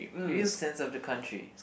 real sense of the country